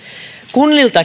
kunnilta